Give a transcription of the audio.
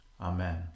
Amen